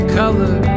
color